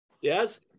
Yes